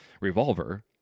Revolver